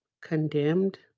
condemned